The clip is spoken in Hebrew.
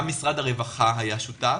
גם משרד הרווחה היה שותף.